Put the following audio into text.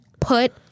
put